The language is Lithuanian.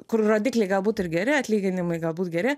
kur rodikliai galbūt ir geri atlyginimai galbūt geri